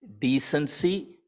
decency